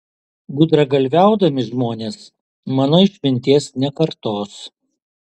gudragalviaudami žmonės mano išminties nekartos